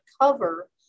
cover